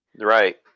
Right